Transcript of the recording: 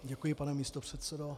Děkuji, pane místopředsedo.